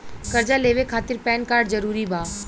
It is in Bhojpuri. कर्जा लेवे खातिर पैन कार्ड जरूरी बा?